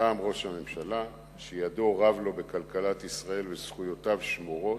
קם ראש הממשלה שידו רב לו בכלכלת ישראל וזכויותיו שמורות,